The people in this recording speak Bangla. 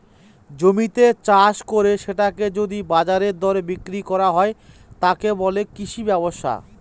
জমিতে চাষ করে সেটাকে যদি বাজারের দরে বিক্রি করা হয়, তাকে বলে কৃষি ব্যবসা